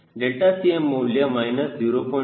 ∆𝐶m ಮೌಲ್ಯ 0